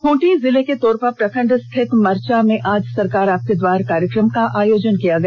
खूंटी जिले के तोरपा प्रखंड स्थित मरचा में आज सरकार आपके द्वार कार्यक्रम का आयोजन किया गया